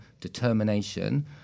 determination